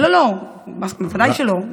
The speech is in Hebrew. לא לא, בוודאי שלא.